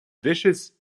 dishes